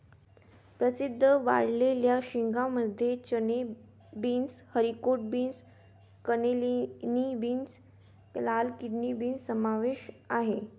प्रसिद्ध वाळलेल्या शेंगांमध्ये चणे, beans, haricot beans, cannellini beans, लाल किडनी बीन्स समावेश आहे